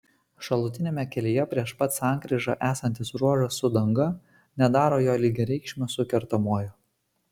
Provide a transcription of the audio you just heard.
šalutiniame kelyje prieš pat sankryžą esantis ruožas su danga nedaro jo lygiareikšmio su kertamuoju